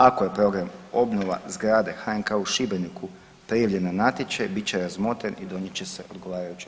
Ako je program obnova zgrade HNK-a u Šibeniku prijavljena na natječaj, bit će razmotren i donijet će se odgovarajuća odluka.